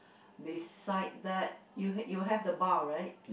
beside that you you have the bar right